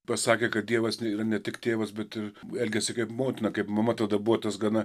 pasakė kad dievas nėra ne tik tėvas bet ir elgiasi kaip motina kaip mama tada buvo tas gana